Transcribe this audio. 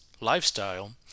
lifestyle